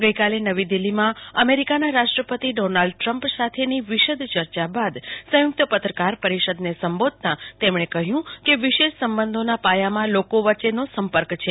ગઈકાલે નવી દિલ્હીમાં અમેરિકાના રાષ્ટ્રપતિ ડોનાલ્ડ ટ્રંપ સાથેની વિશદ ચર્ચા બાદ સંયુક્ત પત્રકાર પરિષદને સંબોધતા તેમણે કહ્યું કે વિશેષ સંબંધોના પાયામાં લોકો વચ્ચેનો સંપર્ક છે